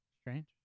Strange